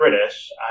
British